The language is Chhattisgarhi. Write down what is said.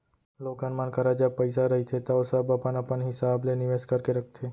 लोगन मन करा जब पइसा रहिथे तव सब अपन अपन हिसाब ले निवेस करके रखथे